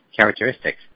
characteristics